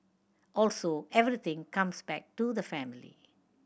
also everything comes back to the family